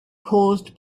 caused